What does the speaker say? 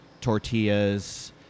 tortillas